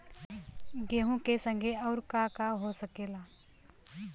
गेहूँ के संगे अउर का का हो सकेला?